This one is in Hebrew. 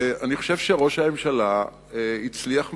אני חושב שראש הממשלה הצליח מאוד.